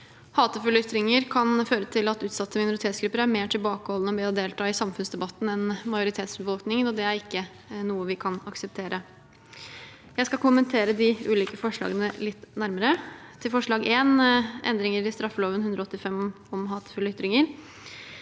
Hatefulle ytringer kan føre til at utsatte minoritetsgrupper er mer tilbakeholdne med å delta i samfunnsdebatten enn majoritetsbefolkningen, og det er ikke noe vi kan akseptere. Jeg skal kommentere de ulike forslagene litt nærmere. Til forslag nr. 1, endringer i straffeloven § 185 om hatefulle ytringer: